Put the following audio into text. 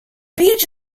beach